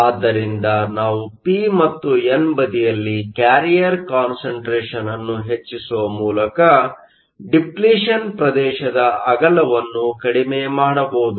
ಆದ್ದರಿಂದ ನಾವು ಪಿ ಮತ್ತು ಎನ್ ಬದಿಯಲ್ಲಿ ಕ್ಯಾರಿಯರ್ ಕಾನ್ಸಂಟ್ರೇಷನ್Carrier concentration ಅನ್ನು ಹೆಚ್ಚಿಸುವ ಮೂಲಕ ಡಿಪ್ಲಿಷನ್ಪ್ರದೇಶದ ಅಗಲವನ್ನು ಕಡಿಮೆ ಮಾಡಬಹುದು